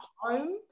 home